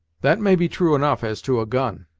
that may be true enough, as to a gun,